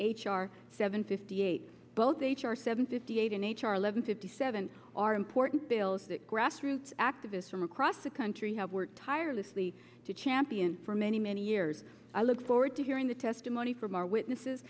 r seven fifty eight both h r seven fifty eight and h r eleven fifty seven are important bills that grassroots activists from across the country have worked tirelessly to champion for many many years i look forward to hearing the testimony from our witnesses